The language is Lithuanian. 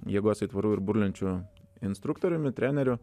jėgos aitvarų ir burlenčių instruktoriumi treneriu